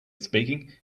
speaking